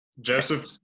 Joseph